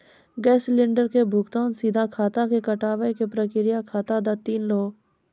Gas cylinder के भुगतान सीधा खाता से कटावे के प्रक्रिया बता दा तनी हो?